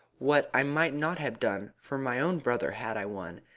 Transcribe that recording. what i might not have done for my own brother had i one,